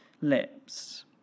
lips